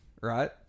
Right